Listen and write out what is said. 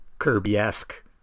Kirby-esque